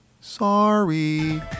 sorry